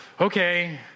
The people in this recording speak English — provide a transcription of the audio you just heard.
Okay